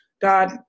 God